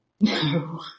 No